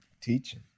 Teaching